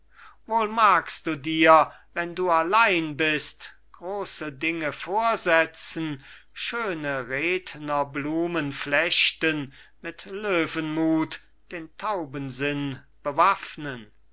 wohl magst du dir wenn du allein bist große dinge vorsetzen schöne rednerblumen flechten mit löwenmut den taubensinn bewaffnen